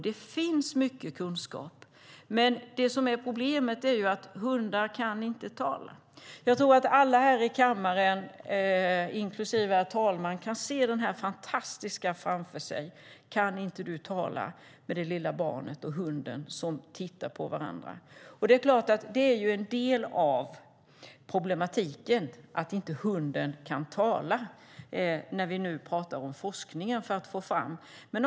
Det finns mycket kunskap. Det som är problemet är att hundar inte kan tala. Jag tror att alla här i kammaren, inklusive herr talmannen, kan se framför sig den fantastiska bilden på en hund och ett litet barn som tittar på varandra och tänker: Kan inte du tala? En del av problematiken är att inte hunden kan tala, när vi nu talar om att få fram forskning.